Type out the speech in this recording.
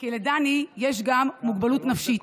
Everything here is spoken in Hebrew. כי לדני יש גם מוגבלות נפשית,